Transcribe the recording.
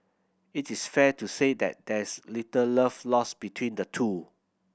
it is fair to say that there's little love lost between the two